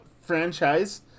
franchise